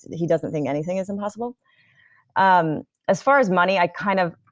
he doesn't think anything is impossible um as far as money, i kind of.